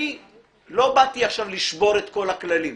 אני לא באתי עכשיו לשבור את כל הכללים.